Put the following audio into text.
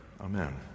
Amen